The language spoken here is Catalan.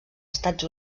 estats